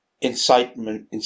incitement